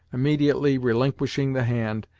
immediately relinquishing the hand,